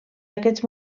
aquests